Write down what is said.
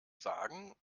sagen